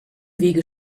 wege